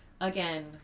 again